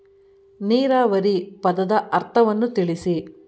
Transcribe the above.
ನೀರಾವರಿ ಪದದ ಅರ್ಥವನ್ನು ತಿಳಿಸಿ?